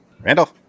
Randall